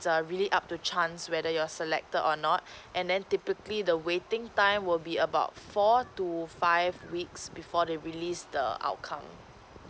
err really up to chance whether you're selected or not and then typically the waiting time would be about four to five weeks before they release the outcome